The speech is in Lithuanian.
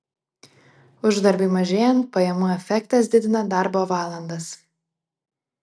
uždarbiui mažėjant pajamų efektas didina darbo valandas